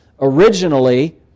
originally